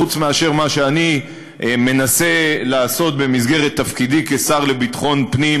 חוץ מאשר מה שאני מנסה לעשות במסגרת תפקידי כשר לביטחון פנים